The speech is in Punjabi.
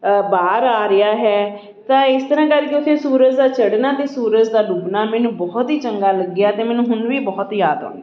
ਬਾਹਰ ਆ ਰਿਹਾ ਹੈ ਤਾਂ ਇਸ ਤਰ੍ਹਾਂ ਕਰਕੇ ਅਸੀਂ ਸੂਰਜ ਦਾ ਚੜ੍ਹਨਾ ਅਤੇ ਸੂਰਜ ਦਾ ਡੁੱਬਣਾ ਮੈਨੂੰ ਬਹੁਤ ਹੀ ਚੰਗਾ ਲੱਗਿਆ ਅਤੇ ਮੈਨੂੰ ਹੁਣ ਵੀ ਬਹੁਤ ਯਾਦ ਆਉਂਦੀ